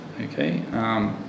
okay